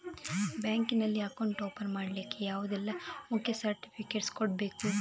Bank ನಲ್ಲಿ account open ಮಾಡ್ಲಿಕ್ಕೆ ಯಾವುದೆಲ್ಲ ಮುಖ್ಯ ಸರ್ಟಿಫಿಕೇಟ್ ಕೊಡ್ಬೇಕು?